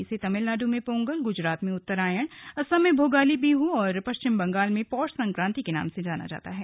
इसे तमिलनाडु में पोंगल गुजरात में उत्त्रायण असम में भोगाली बीहू और पश्चिम बंगाल में पौष संक्रांति के रूप में मनाया जाता है